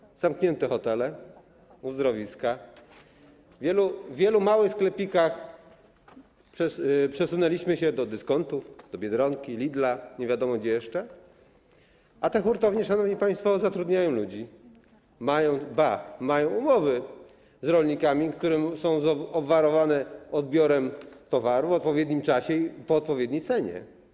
Zostały zamknięte hotele, uzdrowiska, z wielu małych sklepików przesunęliśmy się do dyskontów, Biedronki, Lidla, nie wiadomo gdzie jeszcze, a te hurtownie, szanowni państwo, zatrudniają ludzi, ba, mają umowy z rolnikami, które są obwarowane odbiorem towarów w odpowiednim czasie i po odpowiedniej cenie.